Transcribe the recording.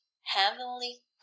heavenly